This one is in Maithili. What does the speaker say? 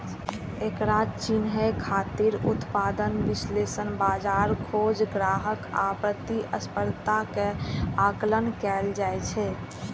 एकरा चिन्है खातिर उत्पाद विश्लेषण, बाजार खोज, ग्राहक आ प्रतिस्पर्धा के आकलन कैल जाइ छै